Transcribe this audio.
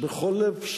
בכל לב,